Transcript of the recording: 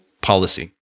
policy